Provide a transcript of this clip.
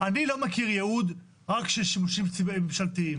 אני לא מכיר ייעוד רק של שימושים ממשלתיים,